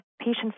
patient's